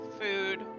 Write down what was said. food